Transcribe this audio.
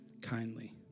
kindly